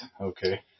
okay